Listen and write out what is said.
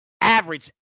average